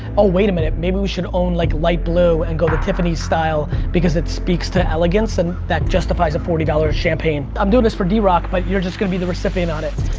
oh, wait a minute, maybe we should own like light blue, and go the tiffany's style because it speaks to elegance and that justifies a forty dollars champagne. i'm do this for drock, but you're just gonna be the recipient on it.